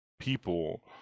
people